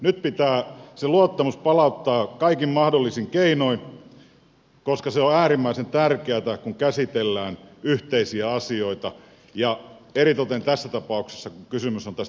nyt pitää se luottamus palauttaa kaikin mahdollisin keinoin koska se on äärimmäisen tärkeätä kun käsitellään yhteisiä asioita eritoten tässä tapauksessa kun kysymys on tästä puolustusvoimauudistuksesta